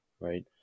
right